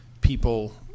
people